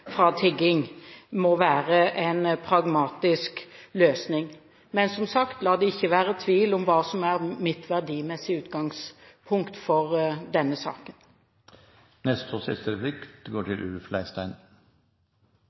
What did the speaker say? tigging – må det være en pragmatisk løsning. Men, som sagt, la det ikke være tvil om hva som er mitt verdimessige utgangspunkt for denne